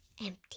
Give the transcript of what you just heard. Empty